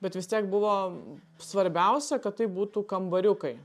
bet vis tiek buvo svarbiausia kad tai būtų kambariukai